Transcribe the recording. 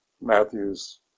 Matthew's